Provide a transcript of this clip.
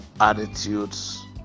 attitudes